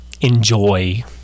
enjoy